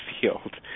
field